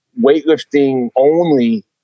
weightlifting-only